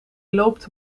loopt